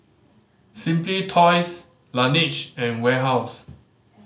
Simply Toys Laneige and Warehouse